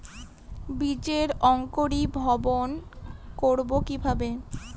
বীজের অঙ্কোরি ভবন করব কিকরে?